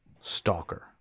stalker